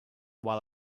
while